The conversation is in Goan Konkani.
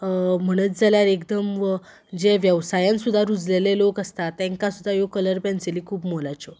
म्हणत जाल्यार एकदम जे वेवसायान सुद्दां रुजलेले लोक आसतात तेंकां सुद्दां ह्यो कलर पेन्सिली खूब मोलाच्यो